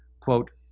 quote,